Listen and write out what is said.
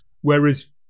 whereas